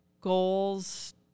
goals